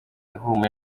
ihumure